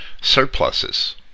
surpluses